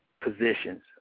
positions